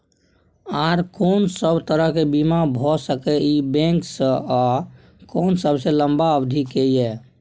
आर कोन सब तरह के बीमा भ सके इ बैंक स आ कोन सबसे लंबा अवधि के ये?